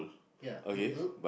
ya